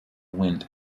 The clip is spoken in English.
went